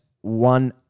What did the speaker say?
one